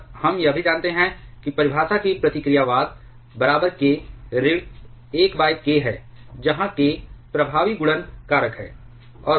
और हम यह भी जानते हैं कि परिभाषा की प्रतिक्रियावाद बराबर k ऋण 1k है जहां k प्रभावी गुणन कारक है